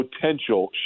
potential